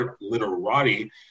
literati